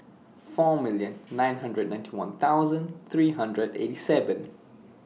four million nine hundred ninety one thousand three hundred eighty seven